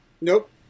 Nope